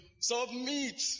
Submit